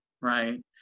right